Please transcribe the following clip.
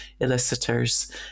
elicitors